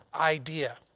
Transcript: idea